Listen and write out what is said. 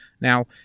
Now